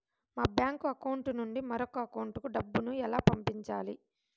మా bank account నుండి మరొక అకౌంట్ కు డబ్బును ఎలా పంపించాలి